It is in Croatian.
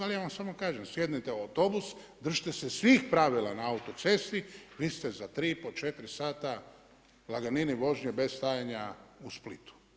Ali ja vam samo kažem sjednite u autobus, držite se svih pravila na autocesti, vi ste za 3,5, 4 sata laganini vožnje bez stajanja u Splitu.